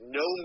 no